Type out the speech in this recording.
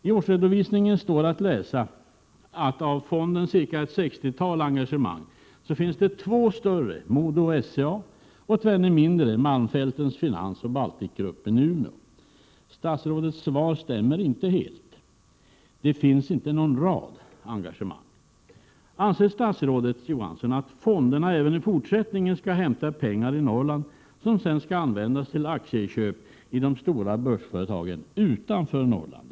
I årsredovisningen står att läsa att av fondens ca 60 engagemang finns två större, MoDo och SCA, och tvenne mindre, Malmfältens Finans och Balticgruppen i Umeå. Statsrådets svar stämmer alltså inte helt — det finns inte en rad engagemang. Anser statsrådet Prot. 1987/88:93 Johansson att fonderna även i fortsättningen skall hämta pengar i Norrland 5 april 1988 som sedan skall användas till aktieinköp i de stora börsföretagen, i huvudsak riläRga fonderna? utanför Norrland?